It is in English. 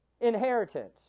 Inheritance